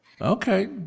Okay